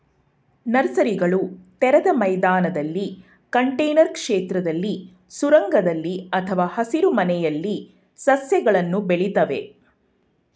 ನರ್ಸರಿಗಳು ತೆರೆದ ಮೈದಾನದಲ್ಲಿ ಕಂಟೇನರ್ ಕ್ಷೇತ್ರದಲ್ಲಿ ಸುರಂಗದಲ್ಲಿ ಅಥವಾ ಹಸಿರುಮನೆಯಲ್ಲಿ ಸಸ್ಯಗಳನ್ನು ಬೆಳಿತವೆ